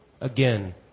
Again